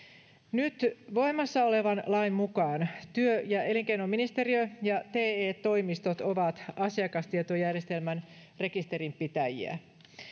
nyt voimassa olevan lain mukaan työ ja elinkeinoministeriö ja te toimistot ovat asiakastietojärjestelmän rekisterinpitäjiä